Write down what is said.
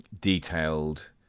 detailed